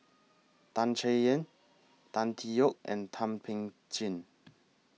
Tan Chay Yan Tan Tee Yoke and Thum Ping Tjin